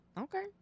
okay